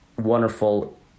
wonderful